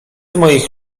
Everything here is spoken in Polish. moich